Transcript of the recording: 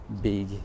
big